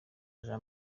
jean